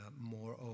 more